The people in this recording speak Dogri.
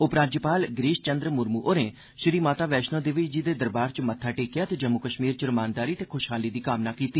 उपराज्यपाल गिरीश चंद्र मुर्म होरें श्री माता वैष्णो देवी जी दे दरबार च मत्था टेकेआ ते जम्मु कश्मीर च रमानदारी ते खुशहाली दी कामना कीती